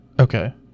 okay